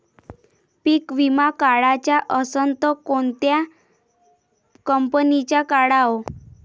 पीक विमा काढाचा असन त कोनत्या कंपनीचा काढाव?